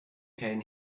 can